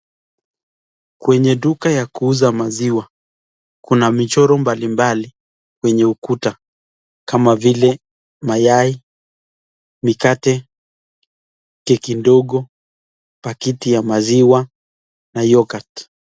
Kwenye duka ya kuuza maziwa kuna michoro mbali mbali kwenye ukuta kama vile; mayai ,mikate ,keki ndogo , pakiti ya maziwa na (cs) yoghurt (cs).